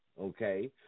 okay